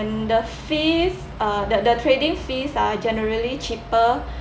the fees uh the the trading fees are generally cheaper